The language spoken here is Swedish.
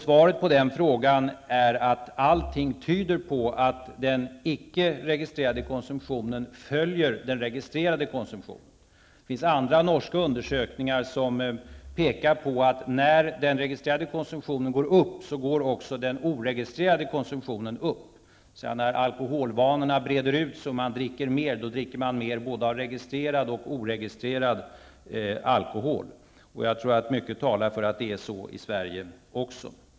Svaret på den frågan är att allting tyder på att den icke registrerade konsumtionen följer den registrerade konsumtionen. Det finns andra norska undersökningar som pekar på att när den registrerade konsumtionen går upp, så går också den oregistrerade konsumtionen upp. När alkoholvanorna breder ut sig så att man dricker mer, så dricker man mer av både registrerad och oregistrerad alkohol. Jag tror att mycket talar för att det är så i Sverige också.